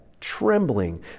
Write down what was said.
trembling